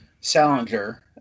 Salinger